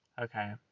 Okay